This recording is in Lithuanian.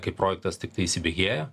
kai projektas tiktai įsibėgėja